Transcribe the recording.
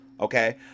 okay